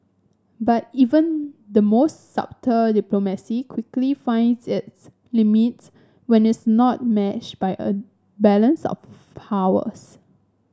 but even the most subtle diplomacy quickly finds its limits when its not matched by a balance of powers